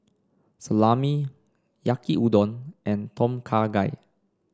Salami Yaki Udon and Tom Kha Gai